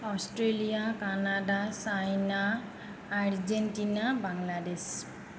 Australia Canada China Argentina Bangladesh